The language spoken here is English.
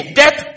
death